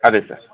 అదే సార్